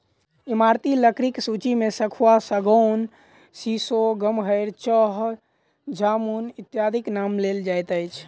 ईमारती लकड़ीक सूची मे सखुआ, सागौन, सीसो, गमहरि, चह, जामुन इत्यादिक नाम लेल जाइत अछि